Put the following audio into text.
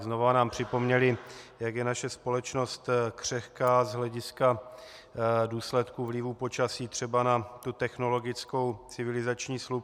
Znovu nám připomněly, jak je naše společnost křehká z hlediska důsledků vlivu počasí třeba na tu technologickou civilizační slupku.